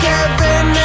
Kevin